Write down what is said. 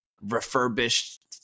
refurbished